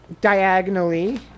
diagonally